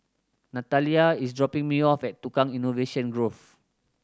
Natalya is dropping me off at Tukang Innovation Grove